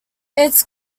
its